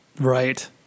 right